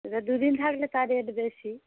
এবার দু দিন থাকলে তার রেট বেশি